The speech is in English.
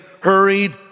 hurried